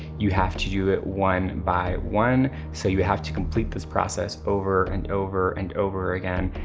you have to do it one by one. so you have to complete this process over, and over, and over again.